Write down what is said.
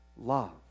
love